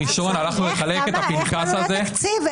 אני מבקש התייחסות בכתב לנקודה הזו,